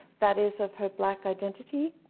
that is of her black identity,